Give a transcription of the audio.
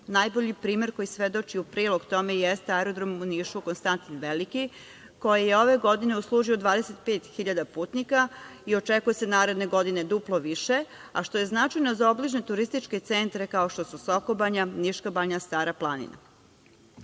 turizma. Primer koji svedoči u prilog tome jeste aerodrom u Nišu „Konstantin Veliki“, koji je ove godine uslužio 25 hiljada putnika i očekuje se naredne godine duplo više, a što je značajno za obližnje turističke centre, kao što su Soko Banja, Niška Banja, Stara Planina. Takođe,